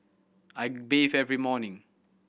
I bathe every morning